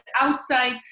outside